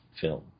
film